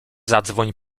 zadzwoń